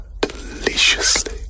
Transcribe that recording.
deliciously